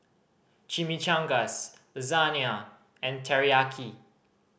Chimichangas Lasagne and Teriyaki